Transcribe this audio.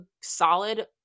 solid